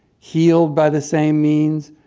healed by the same means,